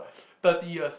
thirty years